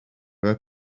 her